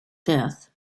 death